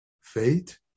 faith